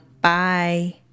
Bye